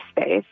space